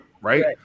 right